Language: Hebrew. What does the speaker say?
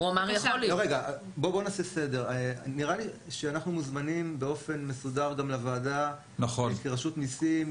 נראה לי שאנחנו מוזמנים באופן מסודר גם לוועדה בתור רשות המיסים.